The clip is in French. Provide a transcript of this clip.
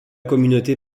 communauté